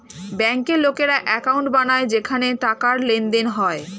ব্যাংকে লোকেরা অ্যাকাউন্ট বানায় যেখানে টাকার লেনদেন হয়